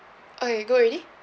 okay go already